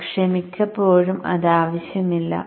പക്ഷേ മിക്കപ്പോഴും ഇത് ആവശ്യമില്ല